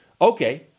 Okay